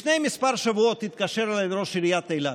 לפני כמה שבועות התקשר אליי ראש עיריית אילת.